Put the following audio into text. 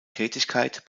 tätigkeit